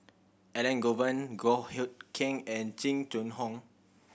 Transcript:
Elangovan Goh Hood Keng and Jing Jun Hong